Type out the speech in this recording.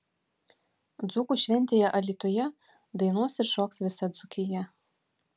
dzūkų šventėje alytuje dainuos ir šoks visa dzūkija